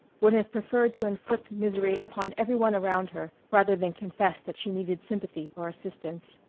would have preferred to inflict misery upon every one around her, rather than confess that she needed sympathy or assistance.